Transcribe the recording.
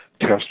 test